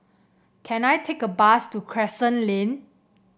can I take a bus to Crescent Lane